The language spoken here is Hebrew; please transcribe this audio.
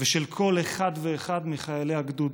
ושל כל אחד ואחד מחיילי הגדוד,